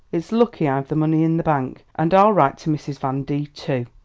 it's lucky i've the money in the bank and i'll write to mrs. van d, too.